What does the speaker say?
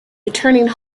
returning